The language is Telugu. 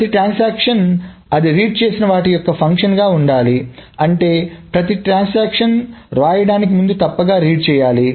ప్రతి ట్రాన్సాక్షన్ అది రీడ్ చేసిన వాటి యొక్క ఫంక్షన్ గా ఉండాలి అంటే ప్రతి ట్రాన్సాక్షన్ రాయడానికి ముందు తప్పక రీడ్ చేయాలి